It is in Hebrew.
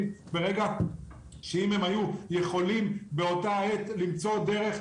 בשעה שאם הם היו יכולים באותה עת למצוא דרך,